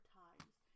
times